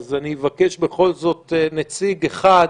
אז אבקש בכל זאת נציג אחד.